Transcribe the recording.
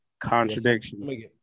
contradiction